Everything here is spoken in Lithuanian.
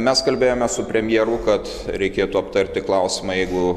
mes kalbėjome su premjeru kad reikėtų aptarti klausimą jeigu